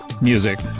Music